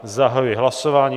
Zahajuji hlasování.